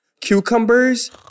cucumbers